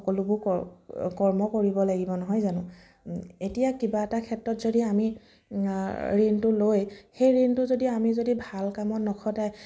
সকলোবোৰ কৰ্ম কৰিব লাগিব নহয় জানো এতিয়া কিবা এটা ক্ষেত্ৰত যদি আমি ঋণটো লৈ সে ঋণটো যদি আমি যদি ভাল কামত নখতায়